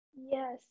Yes